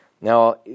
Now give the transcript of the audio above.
Now